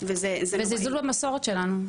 וזלזול במסורת שלנו.